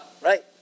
Right